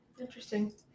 Interesting